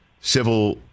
civil